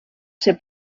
ser